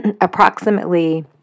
approximately